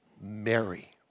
Mary